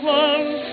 one